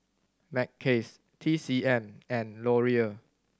Mackays T C M and Laurier